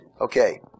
Okay